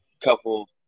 couple